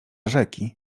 rzeki